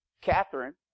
Catherine